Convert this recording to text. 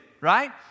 right